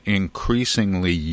increasingly